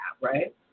right